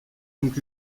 donc